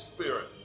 Spirit